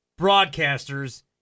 broadcasters